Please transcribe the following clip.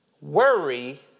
Worry